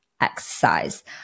exercise